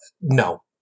No